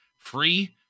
free